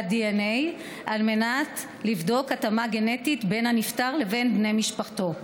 דנ"א על מנת לבדוק התאמה גנטית בין הנפטר לבין בני משפחתו.